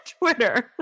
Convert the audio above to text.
Twitter